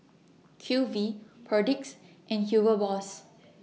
Q V Perdix and Hugo Loss